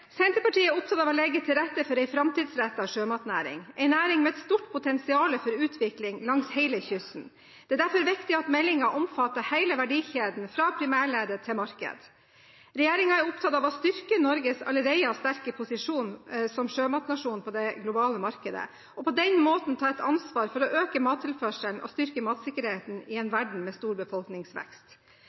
Senterpartiet er opptatt av å legge til rette for en framtidsrettet sjømatnæring – en næring med et stort potensial for utvikling langs hele kysten. Det er derfor viktig at meldingen omfatter hele verdikjeden, fra primærledd til marked. Regjeringen er opptatt av å styrke Norges allerede sterke posisjon som sjømatnasjon på det globale markedet, og på den måten ta ansvar for å øke mattilførselen og styrke matsikkerheten i en verden med stor befolkningsvekst.